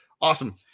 awesome